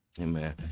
Amen